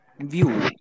view